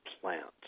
plants